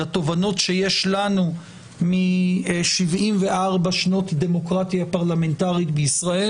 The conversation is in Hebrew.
לתובנות שיש לנו מ-74 שנות דמוקרטיה פרלמנטרית בישראל.